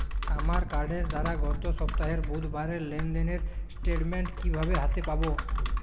আমার কার্ডের দ্বারা গত সপ্তাহের বুধবারের লেনদেনের স্টেটমেন্ট কীভাবে হাতে পাব?